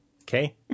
Okay